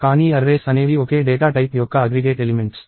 కానీ అర్రేస్ అనేవి ఒకే డేటా టైప్ యొక్క అగ్రిగేట్ ఎలిమెంట్స్